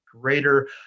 greater